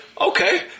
okay